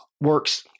works